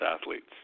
athletes